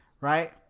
right